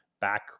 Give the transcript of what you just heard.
back